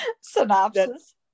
synopsis